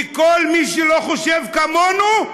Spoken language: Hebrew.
וכל מי שלא חושב כמונו,